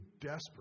desperate